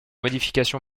modification